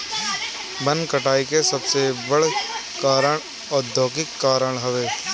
वन कटाई के सबसे बड़ कारण औद्योगीकरण हवे